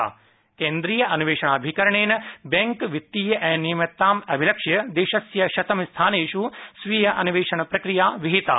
CBI केन्द्रीय अन्वेषणाभिकरणेन bank वित्तीय अनियमिततामभिलक्ष्य देशस्य शतं स्थानेष् स्वीय अन्वेषण प्रक्रिया विहिता